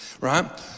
right